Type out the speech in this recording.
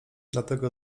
dlatego